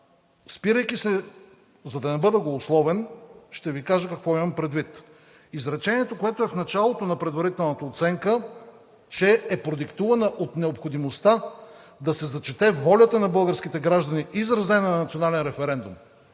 Спирайки се – за да не бъда голословен, ще Ви кажа какво имам предвид. Изречението, което е в началото на предварителната оценка, че е продиктувана от необходимостта да се зачете волята на българските граждани, изразена на национален референдум